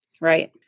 Right